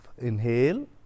inhale